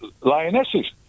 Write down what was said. Lionesses